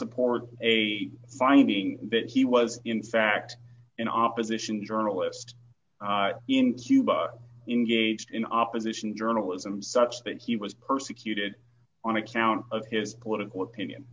support a finding that he was in fact in opposition journalist in cuba engaged in opposition journalism such that he was persecuted on account of his political opinion